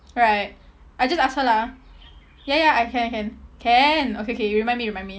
right I just ask her lah ya ya I can I can can okay okay you remind me remind me